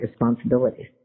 responsibilities